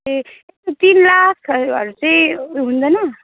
ए तिन लाखहरू चाहिँ हुँदैन